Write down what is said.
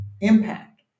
impact